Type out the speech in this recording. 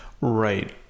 right